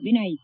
ವಿನಾಯಿತಿ